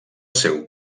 seu